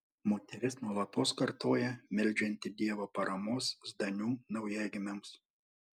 moteris nuolatos kartoja meldžianti dievo paramos zdanių naujagimiams